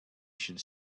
should